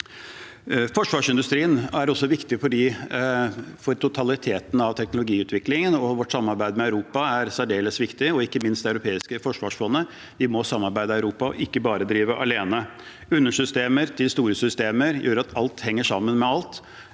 Forsvarsindustrien er også viktig for totaliteten av teknologiutviklingen. Vårt samarbeid med Europa er særdeles viktig, ikke minst med Det europeiske forsvarsfondet. Vi må samarbeide med Europa og ikke bare drive alene. Undersystemer til store systemer gjør at alt henger sammen med alt,